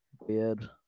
weird